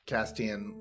Castian